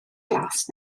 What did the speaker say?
glas